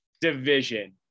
division